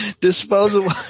disposable